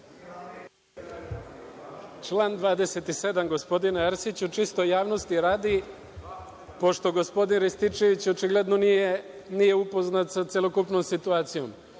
Član 27. gospodine Arsiću, čisto javnosti radi, pošto gospodin Rističević očigledno nije upoznat sa celokupnom situacijom. Dakle,